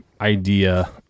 idea